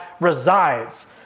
resides